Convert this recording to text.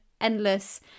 endless